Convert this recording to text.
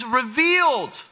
revealed